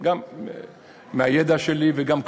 גם מהידע שלי וגם,